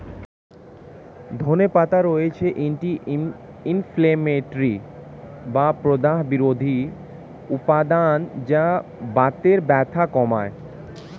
ধনে পাতায় রয়েছে অ্যান্টি ইনফ্লেমেটরি বা প্রদাহ বিরোধী উপাদান যা বাতের ব্যথা কমায়